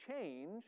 change